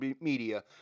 media